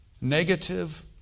Negative